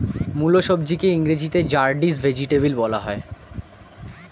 মুলো সবজিকে ইংরেজিতে র্যাডিশ ভেজিটেবল বলা হয়